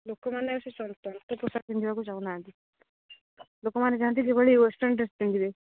ଲୋକମାନେ ଆଉ ସେ ତନ୍ତ ପୋଷାକ ପିନ୍ଧିବାକୁ ଚାହୁଁ ନାହାନ୍ତି ଲୋକମାନେ ଚାହାନ୍ତି କିଭଳି ୱେଷ୍ଟର୍ଣ୍ଣ ଡ୍ରେସ୍ ପିନ୍ଧିବେ